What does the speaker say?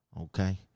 Okay